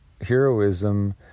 heroism